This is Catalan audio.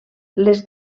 les